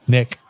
Nick